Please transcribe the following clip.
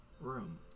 room